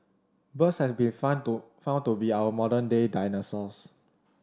birds have been found to found to be our modern day dinosaurs